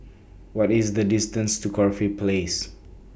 What IS The distance to Corfe Place